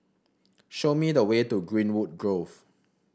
show me the way to Greenwood Grove